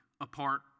apart